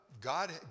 God